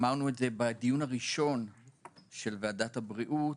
אמרנו כבר בדיון הראשון של ועדת הבריאות,